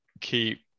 keep